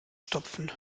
stopfen